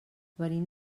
venim